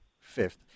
fifth